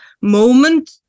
moment